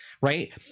right